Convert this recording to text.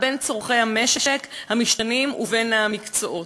בין צורכי המשק המשתנים ובין המקצועות.